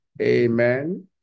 Amen